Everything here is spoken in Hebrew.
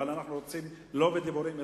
אבל אנחנו רוצים לא בדיבורים,